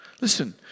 Listen